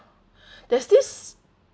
there's this